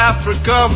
Africa